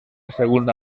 segunda